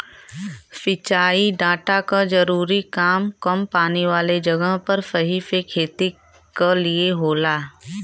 सिंचाई डाटा क जरूरी काम कम पानी वाले जगह पर सही से खेती क लिए होला